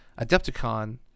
Adepticon